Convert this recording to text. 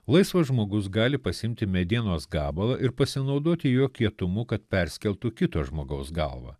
laisvas žmogus gali pasiimti medienos gabalą ir pasinaudoti jo kietumu kad perskeltų kito žmogaus galvą